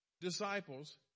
disciples